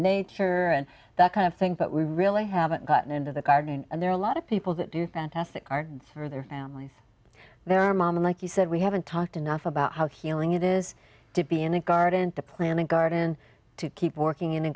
nature and that kind of thing but we really haven't gotten into the garden and there are a lot of people that do fantastic cards for their families their mom and like you said we haven't talked enough about how healing it is to be in the garden to plant a garden to keep working in